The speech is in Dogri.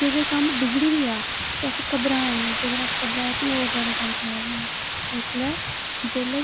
जेकर कम्म बिगड़ी बी गेआ ते असें घबराना नेईं जेकर अस घबराए फ्ही होर ज्यादा कम्म खराब होना जिसलै